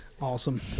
Awesome